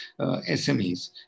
SMEs